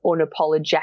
unapologetic